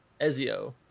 Ezio